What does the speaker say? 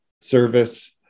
service